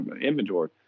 inventory